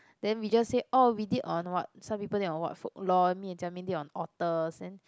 then we just say oh we did on what some people did on what folklore me and Jia-Ming did on authors then